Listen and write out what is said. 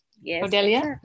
Yes